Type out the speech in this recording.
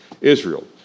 Israel